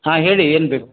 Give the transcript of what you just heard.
ಹಾಂ ಹೇಳಿ ಏನು ಬೇಕು